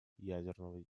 ядерной